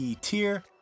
tier